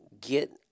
get